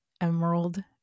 Emerald